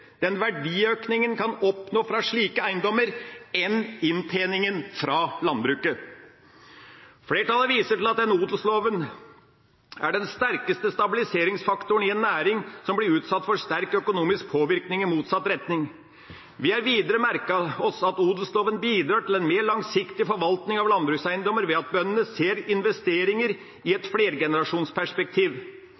den verdiøkningen man kan oppnå fra slike eiendommer, enn inntjeningen fra landbruket. Flertallet viser til at odelsloven er den sterkeste stabiliseringsfaktoren i en næring som blir utsatt for sterk økonomisk påvirkning i motsatt retning. Vi har videre merket oss at odelsloven bidrar til en mer langsiktig forvaltning av landbrukseiendommer ved at bøndene ser investeringer i et